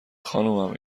خانومم